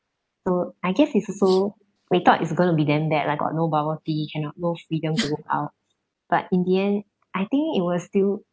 so I guess it's also we thought it's going to be damn bad lah got no bubble tea cannot no freedom to go out but in the end I think it was still